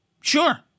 Sure